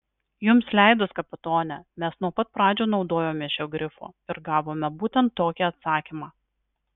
jums leidus kapitone mes nuo pat pradžių naudojomės šiuo grifu ir gavome būtent tokį atsakymą